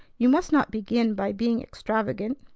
you must not begin by being extravagant.